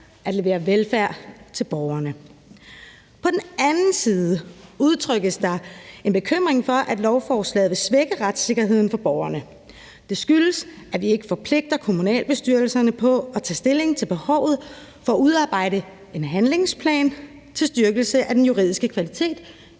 at levere velfærd til borgerne. På den anden side udtrykkes der en bekymring for, at lovforslaget vil svække retssikkerheden for borgerne. Det skyldes, at vi ikke forpligter kommunalbestyrelserne til at tage stilling til behovet for at udarbejde en handlingsplan til styrkelse af den juridiske kvalitet